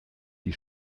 die